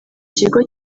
kigo